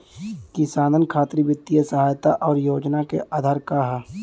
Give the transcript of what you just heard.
किसानन खातिर वित्तीय सहायता और योजना क आधार का ह?